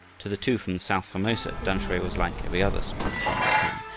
to the two from south formosa, tamsui was like every other small chinese town,